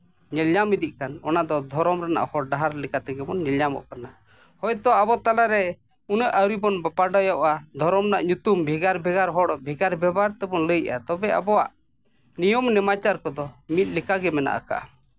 ᱧᱮᱞ ᱧᱟᱢ ᱤᱫᱤᱜ ᱠᱟᱱ ᱚᱱᱟ ᱫᱚ ᱫᱷᱚᱨᱚᱢ ᱨᱮᱱᱟᱜ ᱦᱚᱨ ᱰᱟᱦᱟᱨ ᱛᱮᱜᱮ ᱵᱚᱱ ᱧᱮᱞ ᱧᱟᱢᱚᱜ ᱠᱟᱱᱟ ᱦᱳᱭ ᱛᱚ ᱟᱵᱚ ᱛᱟᱞᱟᱨᱮ ᱩᱱᱟᱹᱜ ᱟᱹᱣᱨᱤ ᱵᱚᱱ ᱵᱟᱰᱟᱭᱚᱜᱼᱟ ᱫᱷᱚᱨᱚᱢ ᱨᱮᱱᱟᱜ ᱧᱩᱛᱩᱢ ᱵᱷᱮᱜᱟᱨ ᱵᱷᱮᱜᱟᱨ ᱦᱚᱲ ᱵᱷᱮᱜᱟᱨ ᱵᱷᱮᱜᱟᱨ ᱛᱮᱵᱚᱱ ᱞᱟᱹᱭᱮᱫᱼᱟ ᱛᱚᱵᱮ ᱟᱵᱚᱣᱟᱜ ᱱᱤᱭᱚᱢ ᱱᱮᱢᱟᱪᱟᱨ ᱠᱚᱫᱚ ᱢᱤᱫ ᱞᱮᱠᱟᱜᱮ ᱢᱮᱱᱟᱜ ᱠᱟᱜᱼᱟ